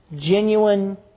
genuine